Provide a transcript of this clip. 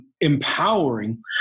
empowering